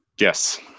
Yes